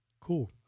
Cool